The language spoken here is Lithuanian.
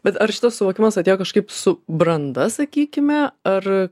bet ar šitas suvokimas atėjo kažkaip su branda sakykime ar